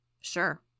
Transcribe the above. Sure